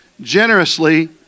Generously